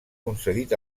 concedit